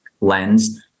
lens